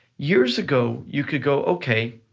years ago, you could go, okay,